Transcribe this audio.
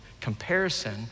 Comparison